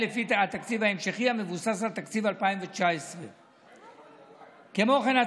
לפי תקציב המשכי המבוסס על תקציב 2019. כמו כן,